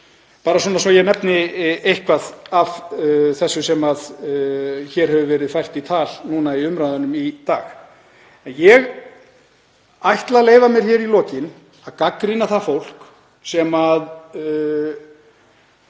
verulega, svo ég nefni eitthvað af þessu sem hefur verið fært í tal í umræðunum í dag. Ég ætla að leyfa mér í lokin að gagnrýna það fólk sem